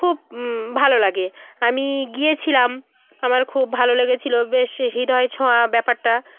খুব ভালো লাগে আমি গিয়েছিলাম আমার খুব ভালো লেগেছিল বেশ হৃদয় ছোঁয়া ব্যপারটা